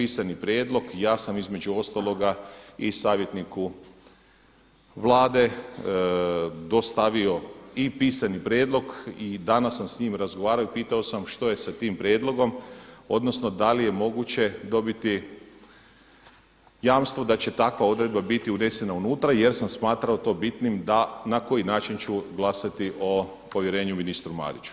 pisani prijedlog i ja sam između ostaloga i savjetniku Vlade dostavio i pisani prijedlog i danas sam sa njim razgovarao i pitao sam što je sa tim prijedlogom odnosno da li je moguće dobiti jamstvo da će takva odredba biti unesena unutra jer sam smatrao to bitnim da na koji način ću glasati o povjerenju ministru Mariću.